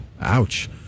ouch